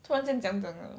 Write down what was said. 突然间讲讲的